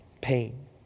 pain